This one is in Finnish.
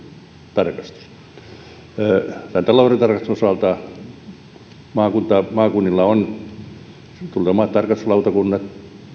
tarkastus talouden tarkastuksen osalta maakunnilla on omat tarkastuslautakunnat